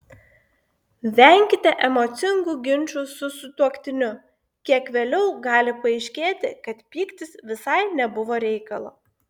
venkite emocingų ginčų su sutuoktiniu kiek vėliau gali paaiškėti kad pyktis visai nebuvo reikalo